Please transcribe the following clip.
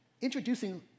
introducing